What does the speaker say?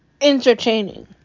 entertaining